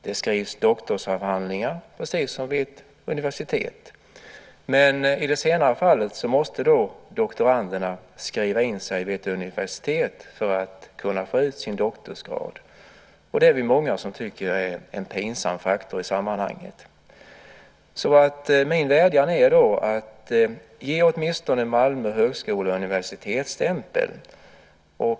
Det skrivs doktorsavhandlingar, precis som vid ett universitet, men i det senare fallet måste doktoranderna skriva in sig vid ett universitet för att kunna få ut sin doktorsgrad. Det är vi många som tycker är en pinsam faktor i sammanhanget. Så min vädjan är: Ge åtminstone Malmö högskola universitetsstämpel!